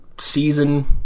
season